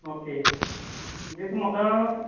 okay म्हणजे तूं म्हाका